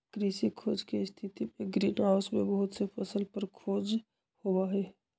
कृषि खोज के स्थितिमें ग्रीन हाउस में बहुत से फसल पर खोज होबा हई